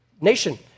nation